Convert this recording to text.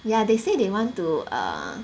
yeah they say they want to err